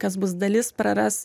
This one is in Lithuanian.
kas bus dalis praras